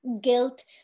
guilt